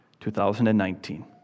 2019